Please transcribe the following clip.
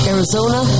Arizona